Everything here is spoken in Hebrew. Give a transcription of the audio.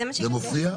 זה מופיע?